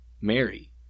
Mary